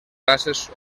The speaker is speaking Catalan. races